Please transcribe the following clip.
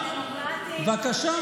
בבקשה.